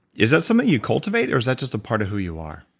is that something you cultivate or is that just a part of who you are?